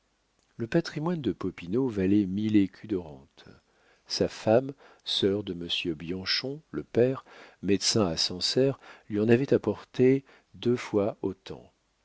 le patrimoine de popinot valait mille écus de rente sa femme sœur de monsieur bianchon le père médecin à sancerre lui en avait apporté deux fois autant